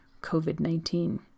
COVID-19